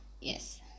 Yes